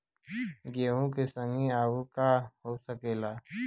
गेहूँ के संगे अउर का का हो सकेला?